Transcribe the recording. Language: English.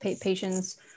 Patients